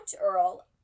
Earl